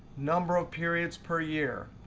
number of periods per year.